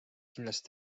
kindlasti